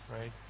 right